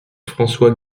françois